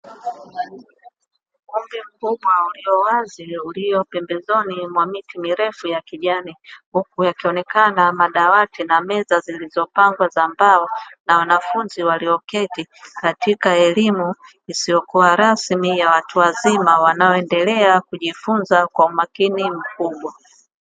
Ukumbi mkubwa ulio wazi ulio pembezoni mwa miti mirefu ya kijani, huku yakionekana madawati na meza zilizopangwa za mbao na wanafunzi walioketi katika elimu isiyokuwa rasmi, ya watu wazima wanaoendelea kujifunza kwa umakini mkubwa.